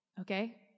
okay